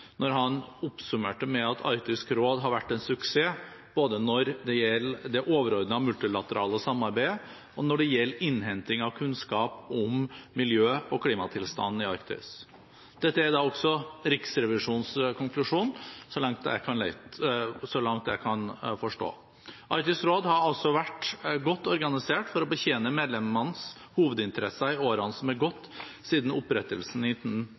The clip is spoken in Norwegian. når han oppsummerte med at Arktisk råd har vært en suksess både når det gjelder det overordnede multilaterale samarbeidet, og når det gjelder innhenting av kunnskap om miljø- og klimatilstanden i Arktis. Dette er da også Riksrevisjonens konklusjon, så langt jeg kan forstå. Arktisk råd har altså vært godt organisert for å betjene medlemmenes hovedinteresser i årene som er gått siden opprettelsen